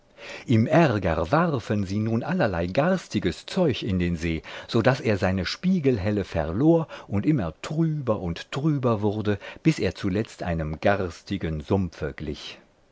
im ärger warfen sie nun allerlei garstiges zeug in den see so daß er seine spiegelhelle verlor und immer trüber und trüber wurde bis er zuletzt einem garstigen sumpfe glich